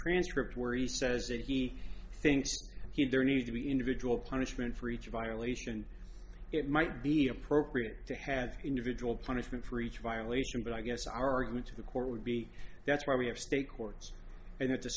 transcript where he says that he thinks he there need to be individual punishment for each violation and it might be appropriate to have individual punishment for each violation but i guess our argument to the court would be that's why we have state courts and that's a